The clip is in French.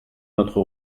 notre